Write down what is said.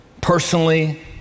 personally